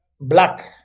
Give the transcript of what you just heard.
black